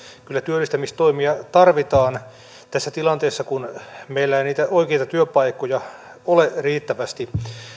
kyllä työllistämistoimia tarvitaan tässä tilanteessa kun meillä ei niitä oikeita työpaikkoja ole riittävästi